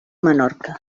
menorca